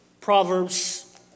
Proverbs